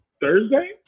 Thursday